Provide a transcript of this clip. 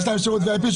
יש להם שירות VIP,